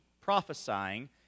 prophesying